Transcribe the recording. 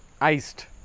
iced